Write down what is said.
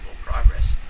progress